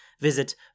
visit